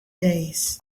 days